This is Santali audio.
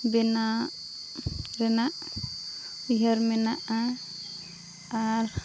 ᱵᱮᱱᱟᱜ ᱨᱮᱱᱟᱜ ᱩᱭᱦᱟᱹᱨ ᱢᱮᱱᱟᱜᱼᱟ ᱟᱨ